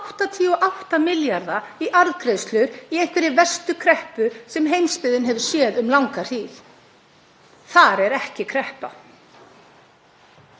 88 milljarða í arðgreiðslur í einhverri verstu kreppu sem heimsbyggðin hefur séð um langa hríð. Þar er ekki kreppa.